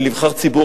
של נבחר ציבור,